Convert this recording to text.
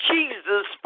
Jesus